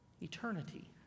eternity